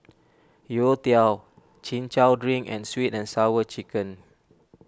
Youtiao Chin Chow Drink and Sweet and Sour Chicken